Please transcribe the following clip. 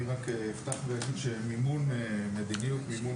אני אפתח ואתחיל בזה שמדיניות מימון